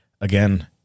again